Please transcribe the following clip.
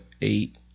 eight